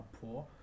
poor